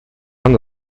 анна